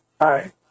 Hi